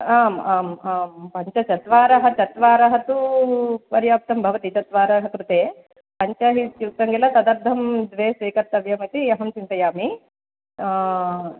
आम् आम् आम् पञ्च चत्वारः चत्वारः तु पर्याप्तं भवति चत्वारः कृते पञ्च हि इत्युक्तं किल तदर्थं द्वे स्वीकर्तव्यं इति अहं चिन्तयामि